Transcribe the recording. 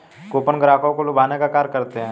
coupon ग्राहकों को लुभाने का कार्य करते हैं